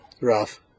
Rough